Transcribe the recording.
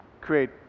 create